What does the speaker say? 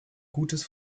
gutes